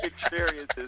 experiences